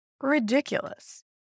ridiculous